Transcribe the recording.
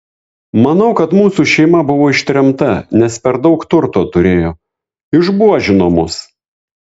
manau kad mūsų šeima buvo ištremta nes per daug turto turėjo išbuožino mus